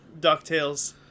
DuckTales